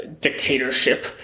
dictatorship